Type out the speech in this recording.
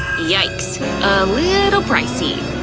yikes, a little pricey.